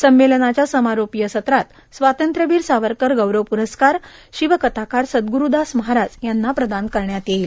संमेलनाच्या समारोपीय सत्रात स्वातंत्र्यवीर सावरकर गौरव पूरस्कार शिवकथाकार सद्गुस्दास महाराज यांना प्रदान करण्यात येईल